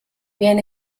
bien